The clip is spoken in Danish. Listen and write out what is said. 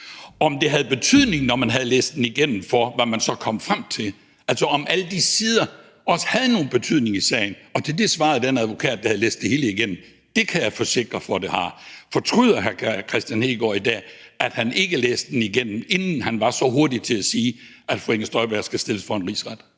om det havde betydning, når man havde læst den igennem, for, hvad man kom frem til, altså om alle de sider også havde nogen betydning i sagen, og til det svarede den advokat, der havde læst det hele igennem: Det kan jeg forsikre for at det har. Fortryder hr. Kristian Hegaard i dag, at han ikke læste den igennem, inden han var så hurtig til at sige, at fru Inger Støjberg skal stilles for en rigsret?